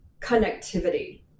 connectivity